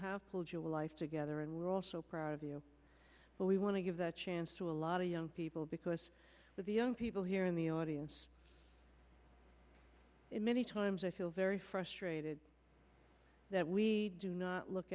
have called you a life together and we're also proud of you but we want to give that chance to a lot of young people because with the young people here in the audience many times i feel very frustrated that we do not look